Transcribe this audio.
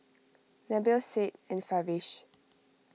Nabil Said and Farish